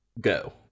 go